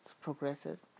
progresses